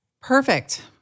Perfect